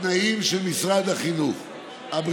בתנאים של משרד הבריאות.